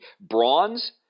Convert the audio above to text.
bronze